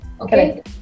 Okay